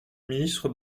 ministre